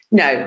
no